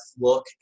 look